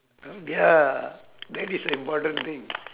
um ya that is the important thing